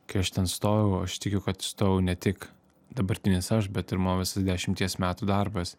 kai aš ten stojau aš tikiu įstojau ne tik dabartinis aš bet ir mano visas dešimties metų darbas